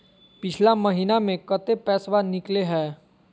पिछला महिना मे कते पैसबा निकले हैं?